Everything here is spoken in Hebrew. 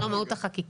זאת לא מהות החקיקה.